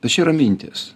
tai šia yra mintys